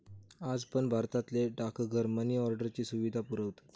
आज पण भारतातले डाकघर मनी ऑर्डरची सुविधा पुरवतत